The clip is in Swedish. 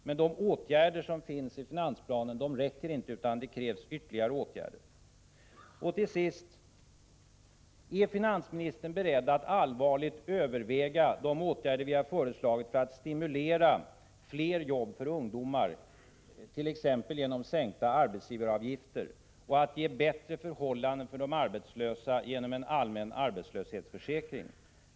Men de åtgärder som beskrivs i finansplanen räcker inte, utan det krävs ytterligare åtgärder. Till sist vill jag fråga om finansministern är beredd att allvarligt överväga de åtgärder som vi har föreslagit för att stimulera till fler jobb för ungdomar, t.ex. genom att sänka arbetsgivaravgifterna och att skapa bättre förhållanden för de arbetslösa genom en allmän arbetslöshetsförsäkring.